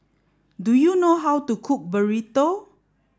do you know how to cook Burrito